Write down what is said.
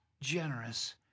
generous